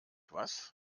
was